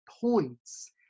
points